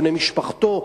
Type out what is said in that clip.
בני משפחתו?